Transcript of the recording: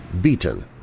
beaten